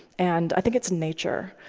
and i think it's nature,